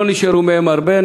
לא נשארו מהם הרבה.